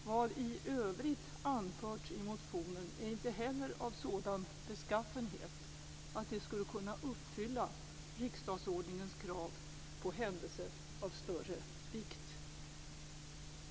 Vad i övrigt anförts i motionen är inte heller av sådan beskaffenhet att det skulle kunna uppfylla riksdagsordningens krav på händelse av större vikt.